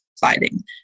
fighting